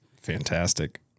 Fantastic